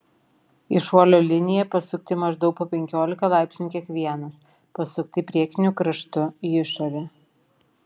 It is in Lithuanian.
į šuolio liniją pasukti maždaug po penkiolika laipsnių kiekvienas pasukti priekiniu kraštu į išorę